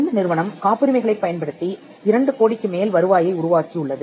இந்த நிறுவனம் காப்புரிமைகளைப் பயன்படுத்தி 2 கோடிக்கு மேல் வருவாயை உருவாக்கியுள்ளது